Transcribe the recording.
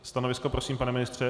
Stanovisko, prosím, pane ministře?